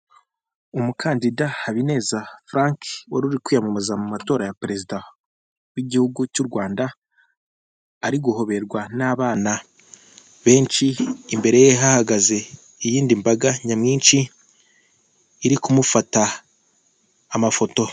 Umukandida Habineza Frank wari uri kwiyamamaza mu matora ya perezida w'igihugu cy'u Rwanda ari guhoberwa n'abana benshi, imbere ye hahagaze iyindi mbaga nyamwinshi iri kumufata amafoto.